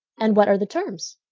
and what are the terms?